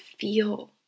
feel